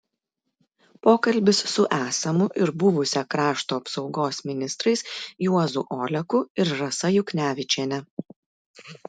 pokalbis su esamu ir buvusia krašto apsaugos ministrais juozu oleku ir rasa juknevičiene